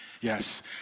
Yes